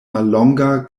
mallonga